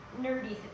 nerdy